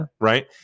right